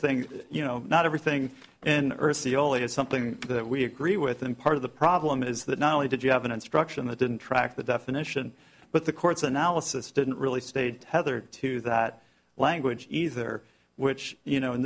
thing you know not everything in the only is something that we agree with and part of the problem is that not only did you have an instruction that didn't track the definition but the court's analysis didn't really state heather to that language either which you know in